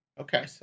Okay